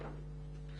נכון.